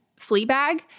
Fleabag